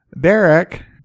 Derek